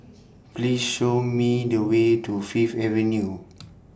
Please Show Me The Way to Fifth Avenue